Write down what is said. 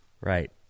Right